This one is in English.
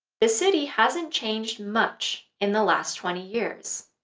the city hasn't changed much in the last twenty years,